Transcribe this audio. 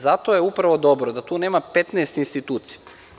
Zato je upravo dobro da tu nema 15 institucija.